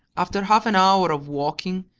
after half an hour of walking,